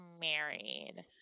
married